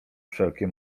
wszelkie